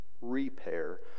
repair